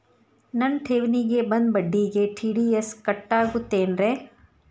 ನನ್ನ ಠೇವಣಿಗೆ ಬಂದ ಬಡ್ಡಿಗೆ ಟಿ.ಡಿ.ಎಸ್ ಕಟ್ಟಾಗುತ್ತೇನ್ರೇ?